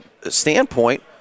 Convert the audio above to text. standpoint